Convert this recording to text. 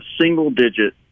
single-digit